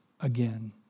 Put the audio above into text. again